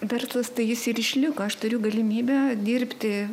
verslas tai jis ir išliko aš turiu galimybę dirbti